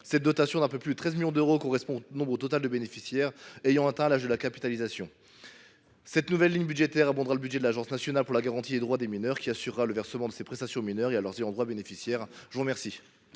Cette dotation d’un peu plus de 13 millions d’euros correspond au nombre total de bénéficiaires ayant atteint l’âge de la capitalisation. Cette nouvelle ligne budgétaire abondera le budget de l’Agence nationale pour la garantie des droits des mineurs (ANGDM), qui assurera le versement de ces prestations aux mineurs et à leurs ayants droit. L’amendement